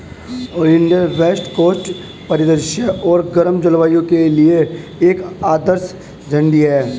oleander west coast परिदृश्य और गर्म जलवायु के लिए एक आदर्श झाड़ी है